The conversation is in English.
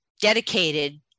dedicated